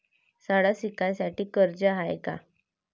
शाळा शिकासाठी कर्ज हाय का?